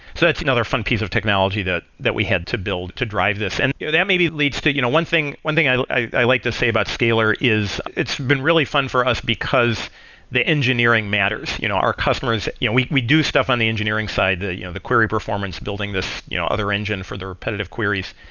so that's another fun piece of technology that that we had to build to drive this. and yeah that maybe leads to you know one thing one thing i'd like to say about scalyr is it's been really fun for us because the engineering matters. you know our customers yeah we we do stuff on the engineering side, the you know the query performance building this you know other engine for the repetitive queries.